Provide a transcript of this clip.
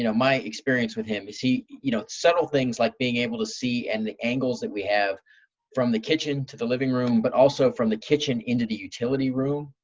you know my experience with him is you know subtle things like being able to see and the angles that we have from the kitchen to the living room, but also from the kitchen into the utility room.